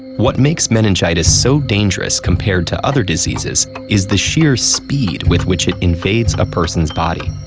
what makes meningitis so dangerous compared to other diseases is the sheer speed with which it invades a person's body.